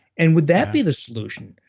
and would that be the solution.